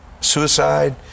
suicide